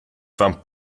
fan